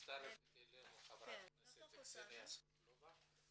מצטרפת אצלנו חברת הכנסת קסניה סבטלובה.